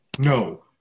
no